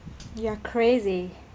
you are crazy